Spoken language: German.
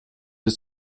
ist